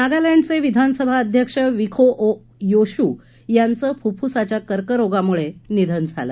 नागालँडचे विधानसभा अध्यक्ष विखो ओ योशू यांचं फुफ्फुसाच्या कर्करोगामुळे निधन झालं